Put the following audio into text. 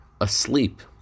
asleep